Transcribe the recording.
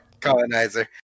colonizer